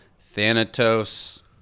Thanatos